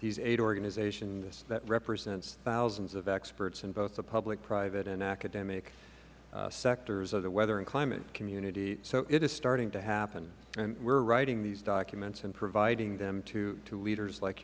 these eight organizations that represents thousands of experts in both the public private and academic sectors of the weather and climate community so it is starting to happen and we are writing these documents and providing them to leaders like